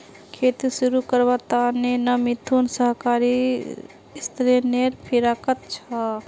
खेती शुरू करवार त न मिथुन सहकारी ऋनेर फिराकत छ